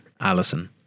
Alison